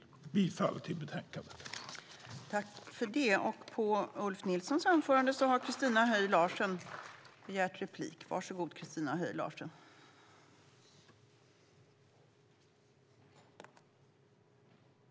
Jag yrkar bifall till utskottets förslag i betänkandet.